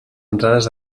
entrades